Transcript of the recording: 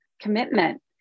commitment